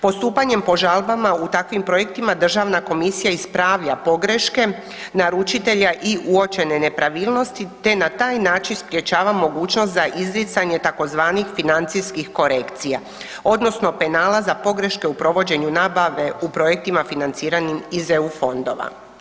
Postupanjem po žalbama u takvim projektima Državna komisija ispravlja pogreške naručitelja i uočene nepravilnosti te na taj način sprječava mogućnost za izricanje tzv. financijskih korekcija odnosno penala za pogreške u provođenju nabave u projektima financiranim iz eu fondova.